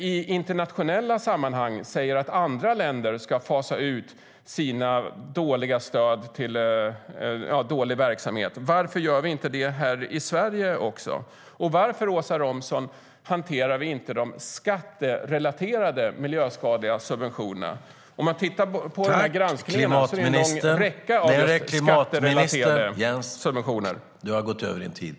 I internationella sammanhang säger vi att andra länder ska fasa ut sin dåliga verksamhet, men varför gör vi det inte också i Sverige? Varför, Åsa Romson, hanterar vi inte de skatterelaterade miljöskadliga subventionerna? Om man tittar på granskningen är det en lång räcka av .